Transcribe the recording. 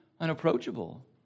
unapproachable